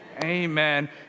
Amen